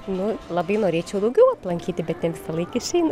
nu labai norėčiau daugiau aplankyti bet ne visąlaik išeina